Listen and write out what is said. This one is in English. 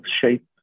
shape